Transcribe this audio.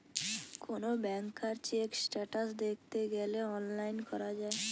কোন ব্যাংকার check status দ্যাখতে গ্যালে অনলাইন করা যায়